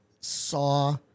saw